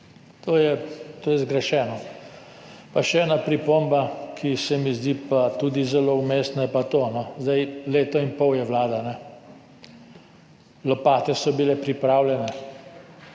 To je zgrešeno. Pa še ena pripomba, ki se mi zdi tudi zelo vmesna, je pa to. Leto in pol je vlada, lopate so bile pripravljene,